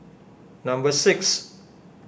number six